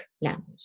language